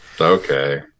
Okay